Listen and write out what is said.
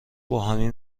باهمیم